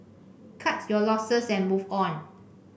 cut your losses and move on